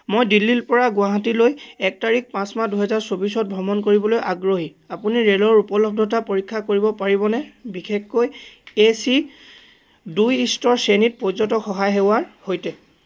মই দিল্লীৰপৰা গুৱাহাটীলৈ এক তাৰিখ পাঁচ মাহ দুহেজাৰ চৌবিছত ভ্ৰমণ কৰিবলৈ আগ্ৰহী আপুনি ৰে'লৰ উপলব্ধতা পৰীক্ষা কৰিব পাৰিবনে বিশেষকৈ এ চি দুই স্তৰ শ্ৰেণীত পৰ্যটক সহায় সেৱাৰ সৈতে